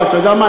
אתה יודע מה?